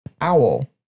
owl